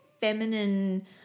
feminine